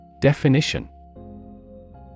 Definition